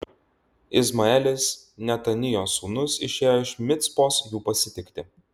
izmaelis netanijo sūnus išėjo iš micpos jų pasitikti